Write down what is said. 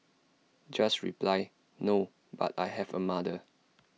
just reply no but I have A mother